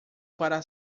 para